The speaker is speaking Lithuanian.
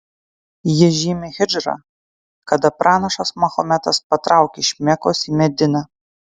ji žymi hidžrą kada pranašas mahometas patraukė iš mekos į mediną